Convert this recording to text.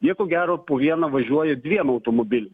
jie ko gero po vieną važiuoja dviem automobiliais